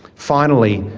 finally,